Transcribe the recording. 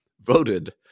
voted